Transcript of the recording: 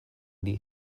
these